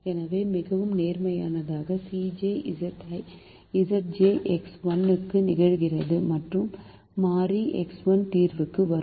எனவே மிகவும் நேர்மறையான Cj Zj எக்ஸ் 1 க்கு நிகழ்கிறது மற்றும் மாறி X1 தீர்வுக்கு வரும்